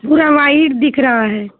पूरा वाइट दिख रहा है